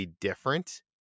different